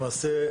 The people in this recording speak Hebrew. למעשה,